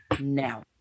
now